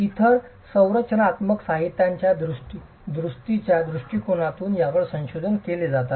इतर संरचनात्मक साहित्यांच्या दुरुस्तीच्या दृष्टिकोनातूनही यावर संशोधन केले जात आहे